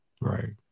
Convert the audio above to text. Right